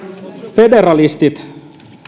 federalistit eurooppaa